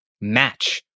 match